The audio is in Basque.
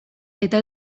eta